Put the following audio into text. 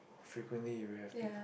frequently you have peep